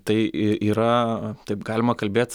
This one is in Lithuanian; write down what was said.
tai i yra taip galima kalbėt